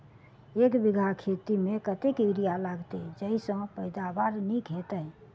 एक बीघा गेंहूँ खेती मे कतेक यूरिया लागतै जयसँ पैदावार नीक हेतइ?